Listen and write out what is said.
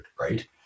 right